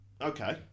Okay